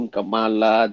Kamala